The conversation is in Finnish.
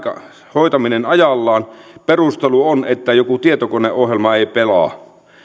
hoitamisessa ajallaan perustelu on että jokin tietokoneohjelma ei pelaa kun